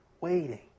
Waiting